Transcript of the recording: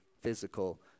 physical